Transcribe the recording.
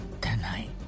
Tonight